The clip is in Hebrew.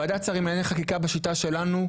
ועדת שרים לענייני חקיקה בשיטה שלנו,